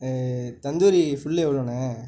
tandoori full எவ்வளோண்ணே